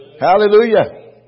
Hallelujah